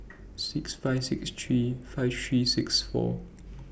six five six three five three six four